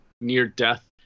near-death